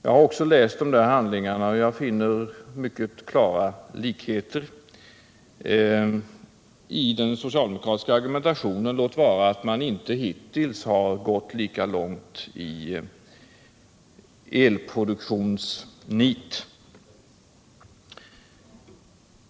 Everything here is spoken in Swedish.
Jag har också läst de där handlingarna, och jag finner mycket klara likheter mellan dem och den socialdemokratiska argumentationen, låt vara att man hittills inte gått lika långt i elproduktionsnit.